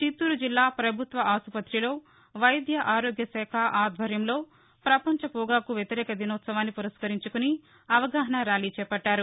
చిత్తూరు జిల్లా ప్రభుత్వ ఆసుపతిలో వైద్య ఆరోగ్య శాఖ ఆధ్వర్యంలో ప్రపంచ పొగాకు వ్యతిరేక దినోత్సవాన్ని పురస్కరించుకొని అవగాహనా ర్యాలీ చేపట్టారు